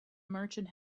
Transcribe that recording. merchant